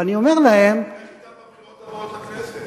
ואני אומר להם, אתה הולך אתם בבחירות הבאות לכנסת.